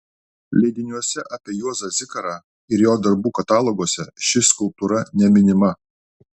leidiniuose apie juozą zikarą ir jo darbų kataloguose ši skulptūra neminima